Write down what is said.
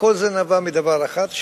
וכל זה נבע מדבר אחד,